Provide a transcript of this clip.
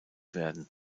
werden